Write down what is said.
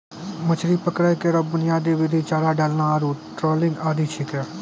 मछरी पकड़ै केरो बुनियादी विधि चारा डालना आरु ट्रॉलिंग आदि छिकै